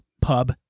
pub